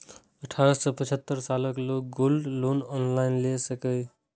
अठारह सं पचहत्तर सालक लोग गोल्ड लोन ऑनलाइन लए सकैए